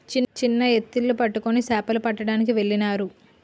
చిన్న ఎత్తిళ్లు పట్టుకొని సేపలు పట్టడానికెళ్ళినారు